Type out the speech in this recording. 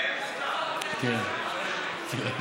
תיראה מופתע.